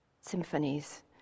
symphonies